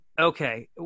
Okay